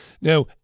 Now